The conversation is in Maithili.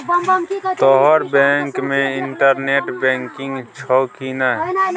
तोहर बैंक मे इंटरनेट बैंकिंग छौ कि नै